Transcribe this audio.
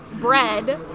bread